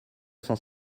cent